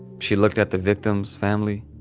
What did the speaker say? she looked at the victim's family.